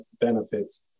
benefits